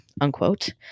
unquote